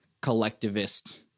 collectivist